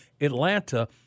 Atlanta